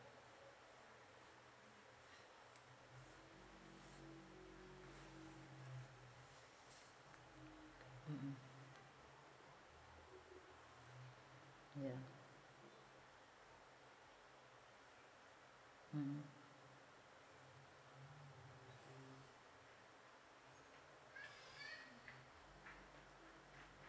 mmhmm yeah mmhmm